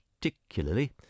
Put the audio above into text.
particularly